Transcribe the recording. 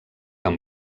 amb